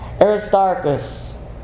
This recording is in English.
Aristarchus